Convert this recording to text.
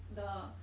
the